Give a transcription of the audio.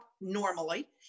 normally